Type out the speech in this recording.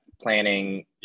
planning